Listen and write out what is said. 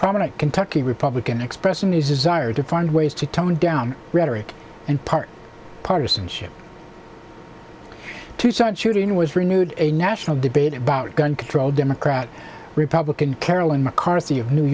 prominent kentucky republican expressing a desire to find ways to tone down the rhetoric and part partisanship tucson shooting was renewed a national debate about gun control democrat republican carolyn mccarthy of new